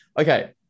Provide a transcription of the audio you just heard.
Okay